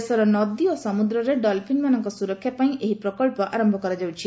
ଦେଶର ନଦୀ ଓ ସମୁଦ୍ରରେ ଡଲ୍ଫିନ୍ମାନଙ୍କ ସୁରକ୍ଷା ପାଇଁ ଏହି ପ୍ରକଳ୍ପ ଆରମ୍ଭ କରାଯାଉଛି